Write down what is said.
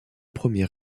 premiers